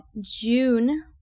June